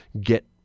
get